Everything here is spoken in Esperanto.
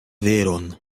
veron